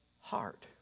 heart